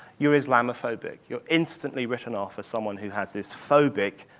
you're islamophobic. you're instantly written off as someone who has this phobic,